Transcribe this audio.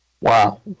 Wow